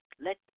let